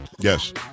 Yes